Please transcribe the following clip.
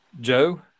Joe